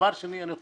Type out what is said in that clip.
דבר שני, אני חושב,